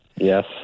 yes